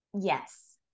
Yes